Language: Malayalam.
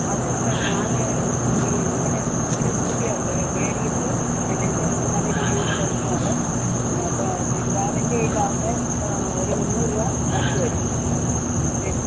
അത് ഇപ്പം ഞാൻ ഈ ഒന്നിന് ഇച്ചിരി കൂട്ടിയാണ് മേടിക്കുന്നത് എന്നു വച്ചാൽ ഞാന് നല്ല രീതിയില് തയ്ക്കുന്നുണ്ട് ആ അപ്പം ചുരിദാറിന്റെ ഇതാണ് ഒന്ന് ഒരു മുന്നൂറ് രൂപ അടുത്ത് വരും അതിന്